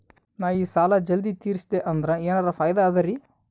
ನಾ ಈ ಸಾಲಾ ಜಲ್ದಿ ತಿರಸ್ದೆ ಅಂದ್ರ ಎನರ ಫಾಯಿದಾ ಅದರಿ?